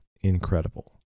incredible